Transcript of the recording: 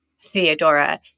theodora